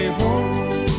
home